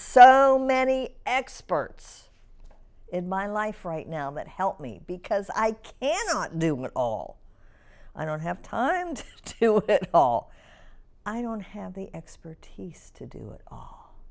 so many experts in my life right now that help me because i cannot do it all i don't have time to do all i don't have the expertise to do it all